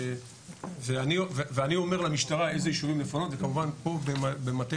אני אומר למשטרה איזה ישובים לפנות וכמובן פה במטה